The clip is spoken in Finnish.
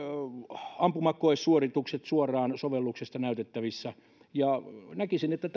ampumakoesuoritukset ovat suoraan sovelluksesta näytettävissä näkisin että